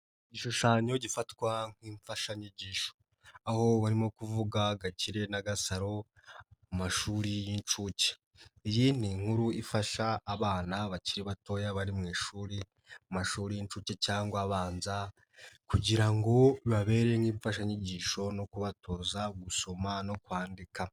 Igishushanyo gifatwa nk'imfashanyigisho, aho barimo kuvuga gakire na gasaro mu mashuri y'incuke. Iyi ni inkuru ifasha abana bakiri batoya bari mu ishuri amashuri y'incuke cyangwa abanza kugira ngo bababere nk'imfashanyigisho no kubatoza gusoma no kwandika.